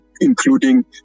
including